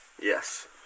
Yes